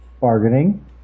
bargaining